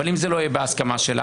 אבל אם זה לא יהיה בהסכמה שלה,